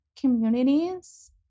communities